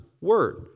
Word